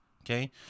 Okay